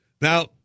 Now